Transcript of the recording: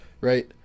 Right